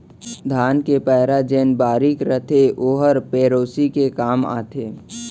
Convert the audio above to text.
धान के पैरा जेन बारीक रथे ओहर पेरौसी के काम आथे